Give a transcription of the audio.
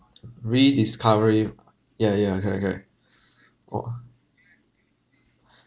rediscovery uh ya ya correct correct oh